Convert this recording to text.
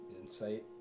insight